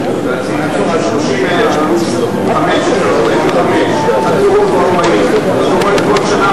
הצמצום, מקצרים את הפער של,